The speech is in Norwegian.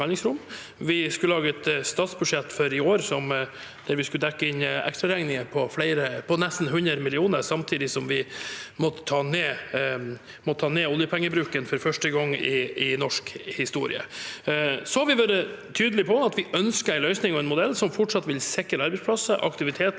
spørretime 2601 statsbudsjett for i år der vi skulle dekke inn ekstraregninger på nesten 100 mrd. kr, samtidig som vi måtte ta ned oljepengebruken for første gang i norsk historie. Vi har vært tydelige på at vi ønsker en løsning og en modell som fortsatt vil sikre arbeidsplasser og aktivitet